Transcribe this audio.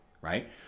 right